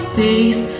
faith